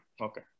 Okay